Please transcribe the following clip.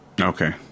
Okay